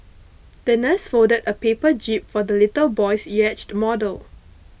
the nurse folded a paper jib for the little boy's yacht model